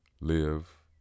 Live